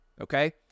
Okay